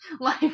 Life